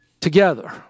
together